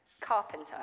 carpenter